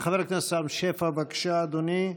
חבר הכנסת רם שפע, בבקשה, אדוני,